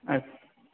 अस्